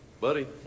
buddy